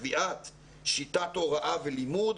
קביעת שיטת הוראה ולימוד